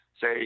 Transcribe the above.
say